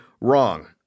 wrong